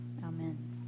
Amen